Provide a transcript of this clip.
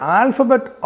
alphabet